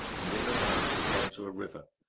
and in the rush he came to a river,